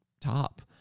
top